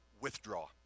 withdraw